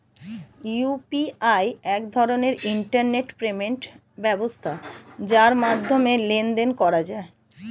UPI এক ধরনের internet payment ব্যবস্থা যার মাধ্যমে লেনদেন করা যায়